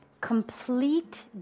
complete